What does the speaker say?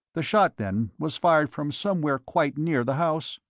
the shot, then, was fired from somewhere quite near the house?